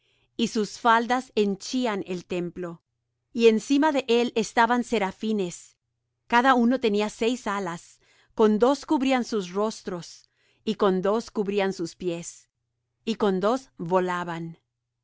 y sus faldas henchían el templo y encima de él estaban serafines cada uno tenía seis alas con dos cubrían sus rostros y con dos cubrían sus pies y con dos volaban